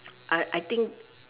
I I think